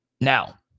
Now